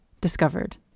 discovered